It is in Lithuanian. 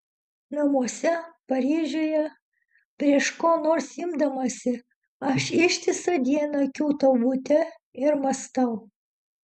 namuose paryžiuje prieš ko nors imdamasi aš ištisą dieną kiūtau bute ir mąstau